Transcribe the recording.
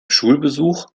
schulbesuch